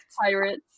Pirates